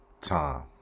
time